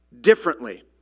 differently